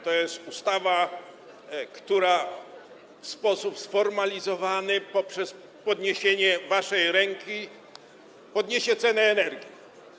To jest ustawa, która w sposób sformalizowany - poprzez podniesienie waszych rąk - podniesie cenę energii.